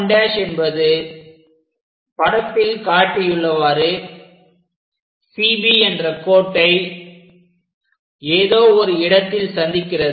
11' என்பது படத்தில் காட்டியுள்ளவாறு CB என்ற கோட்டை ஏதோ ஒரு இடத்தில் சந்திக்கிறது